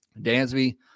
Dansby